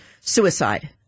suicide